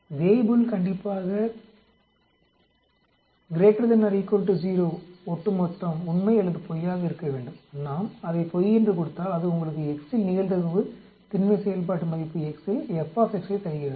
Weibull கண்டிப்பாக ≥ 0 ஒட்டுமொத்தம் உண்மை அல்லது பொய்யாக இருக்க வேண்டும் நாம் அதை பொய் என்று கொடுத்தால் அது உங்களுக்கு x இல் நிகழ்தகவு திண்மை செயல்பாட்டு மதிப்பு xஇல் f ஐத் தருகிறது